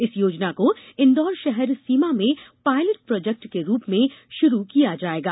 इस योजना को इंदौर षहर सीमा में पायलट प्रोजेक्ट के रूप में षुरु किया जाएगा